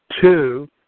Two